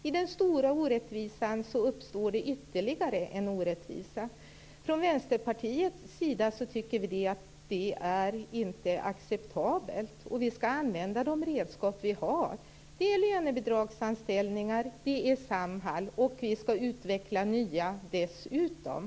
I den stora orättvisan uppstår det ytterligare en orättvisa. Vi från Vänsterpartiets sida tycker inte att det är acceptabelt. Vi skall använda de redskap vi har, lönebidragsanställningar, Samhall. Dessutom skall nya utvecklas.